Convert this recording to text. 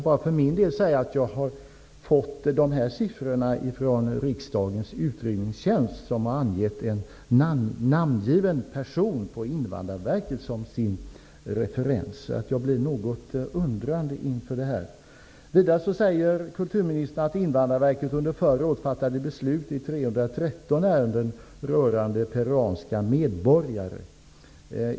Jag för min del kan säga att jag har fått siffrorna från Riksdagens utredningstjänst. Där har man angivit en namngiven person på Invandrarverket som sin referens, så jag står något undrande inför det här. Vidare säger kulturministern att Invandrarverket under förra året fattade beslut i 313 ärenden rörande peruanska medborgare.